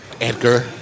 edgar